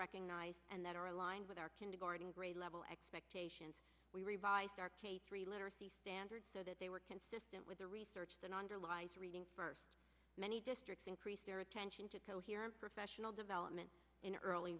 recognized and that are aligned with our kindergarten grade level expectations we revised three literacy standards so that they were consistent with the research that underlies the reading first many districts increased their attention to coherent professional development in early